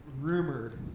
rumored